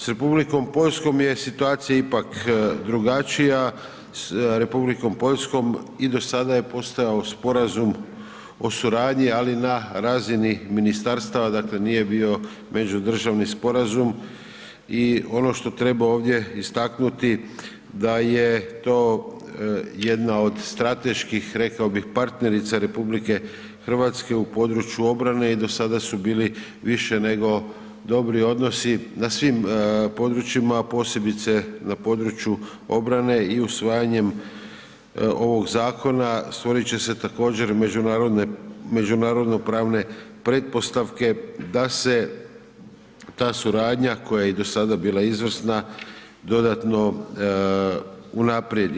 S Republikom Poljskom je situacija ipak drugačija, s Republikom Poljskom i do sada je postojao sporazum o suradnji, ali na razini ministarstava dakle, nije bio međudržavni sporazum i ono što treba ovdje istaknuti, da je to jedna od strateških, rekao bi partnerica RH u području obrane i do sada su bili više nego dobri odnosi, na svim područjima a posebice na području obrane i usvajanjem ovog zakona, stvoriti će se također međunarodno pravne pretpostavke da se ta suradnja, koja je i do sada bila izvrsna, dodatno unaprijedi.